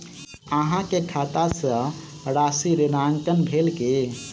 अहाँ के खाता सॅ राशि ऋणांकन भेल की?